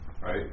right